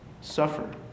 suffer